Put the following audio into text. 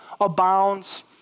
abounds